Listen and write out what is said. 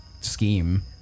scheme